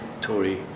Tory